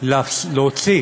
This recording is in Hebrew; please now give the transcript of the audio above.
להוציא